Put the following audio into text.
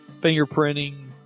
fingerprinting